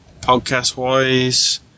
podcast-wise